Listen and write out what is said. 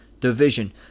division